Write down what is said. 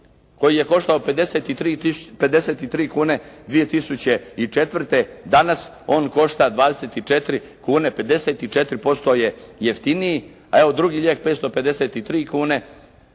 koji je koštao 53 kune 2004., danas on košta 24 kune, 54% je jeftiniji. A evo drugi lijek 553 kune,